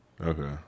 Okay